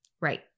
Right